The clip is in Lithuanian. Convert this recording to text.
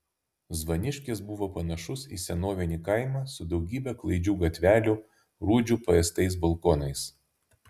zvaniškis buvo panašus į senovinį kaimą su daugybe klaidžių gatvelių rūdžių paėstais balkonais